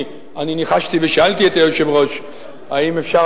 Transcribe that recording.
כי אני ניחשתי ושאלתי את היושב-ראש אם אפשר